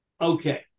Okay